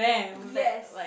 yes